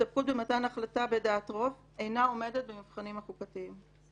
שהסתפקות במתן החלטה בדעת רוב אינה עומדת במבחנים החוקתיים.